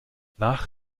nach